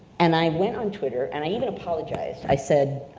and i went on twitter and i even apologized, i said,